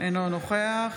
אינו נוכח